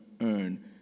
earn